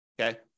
Okay